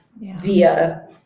via